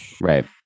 Right